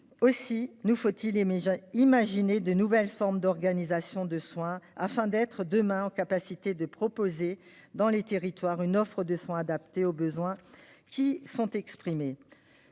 Aussi nous faut-il imaginer de nouvelles formes d'organisation des soins afin d'être, demain, en mesure de proposer, dans les territoires, une offre de soins adaptée aux besoins qui sont exprimés.